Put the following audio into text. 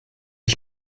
ich